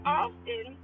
often